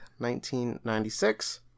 1996